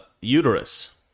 uterus